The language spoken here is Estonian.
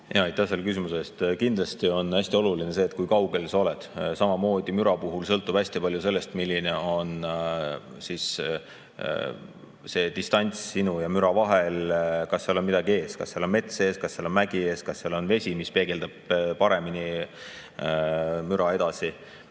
Aitäh selle küsimuse eest! Kindlasti on hästi oluline see, kui kaugel sa oled. Müra puhul sõltub hästi palju sellest, milline on distants sinu ja müra vahel, kas seal on midagi ees, kas seal on mets ees, kas seal on mägi ees, kas seal on vesi, mis peegeldab paremini müra edasi,